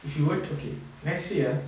if you were okay let's say ah